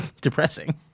depressing